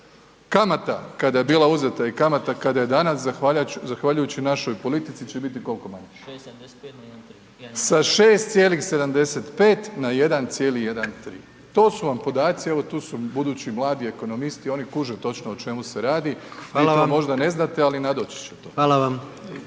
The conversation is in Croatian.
Kamata kada je bila uzeta i kamata kada je danas zahvaljujući našoj politici će biti koliko manja? Sa 6,75 na 1,13, to su vam podaci. Evo tu su budući mladi ekonomisti, oni kuže točno o čemu se radi, vi to možda ne znate ali nadoći će to.